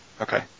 Okay